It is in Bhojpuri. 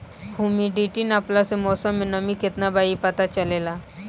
हुमिडिटी नापला से मौसम में नमी केतना बा इ पता चलेला